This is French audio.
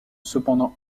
cependant